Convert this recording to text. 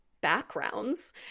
backgrounds